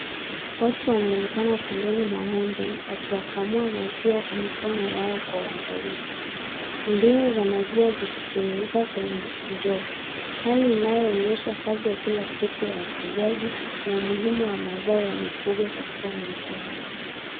Watu wanaonekana pembeni mwa ng'ombe wakiwakamua maziwa kwa mkono yao kwa uangalifu, ndimu za maziwa zikitiririka kwenye ndoo hali inayoonyesha kazi ya kila siku ya ufuguaji na umuhimu wa mazao ya mifugo katika maisha ya jamii.